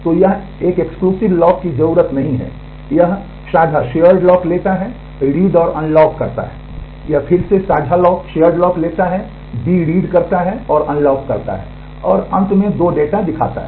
तो यह एक एक्सक्लूसिव करता है और अनलॉक करता है और अंत में दो डेटा दिखाता है